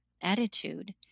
attitude